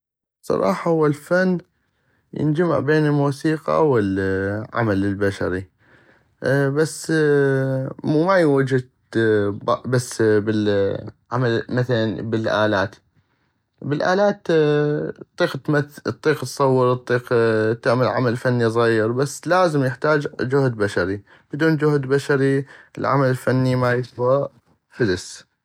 بصراحة هو الفن ينجمع بين الموسيقى والعمل البشري بسس ما ينوجد بس بل العمل مثلا الالاتبل الالات اطيق تمثل اطيق تصور اطيق تعمل عمل فني صغير بس لازم يحتاج جهد بشري بدون جهد بشري العمل الفني ما يسوى فلس